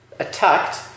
attacked